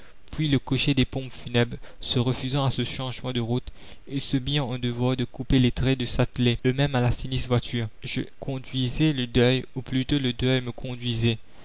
puis le cocher des pompes funèbres se refusant à ce changement de route ils se mirent en devoir de couper les traits de s'atteler eux-mêmes à la sinistre voiture je conduisais le deuil ou plutôt le deuil me conduisait